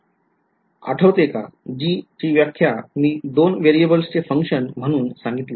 विध्यार्थी g आठवते का g ची व्याख्या मी दोन variables चे function म्हणून सांगितली होती